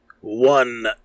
one